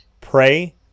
Pray